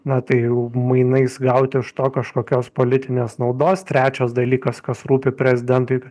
na tai mainais gauti iš to kažkokios politinės naudos trečias dalykas kas rūpi prezidentui